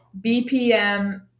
BPM-